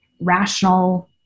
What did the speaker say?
rational